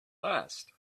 last